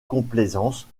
complaisance